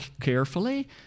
carefully